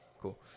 Cool